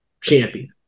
champion